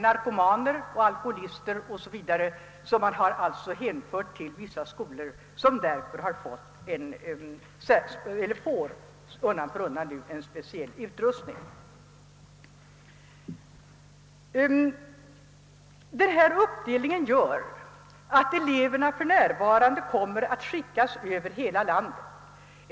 Narkomaner, alkoholister 0. s. v. har sålunda hänvisats till vissa skolor som undan för undan kommer att få en speciell utrustning. Denna uppdelning gör att eleverna för närvarande skickas över hela landet.